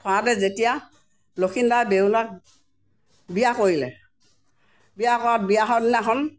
থওঁতে যেতিয়া লক্ষীন্দৰে বেউলাক বিয়া কৰালে বিয়া কৰা বিয়াহৰ দিনাখন